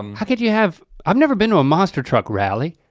um how could you have, i've never been to a monster truck rally.